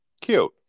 Cute